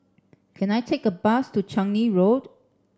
can I take a bus to Changi Road